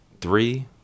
Three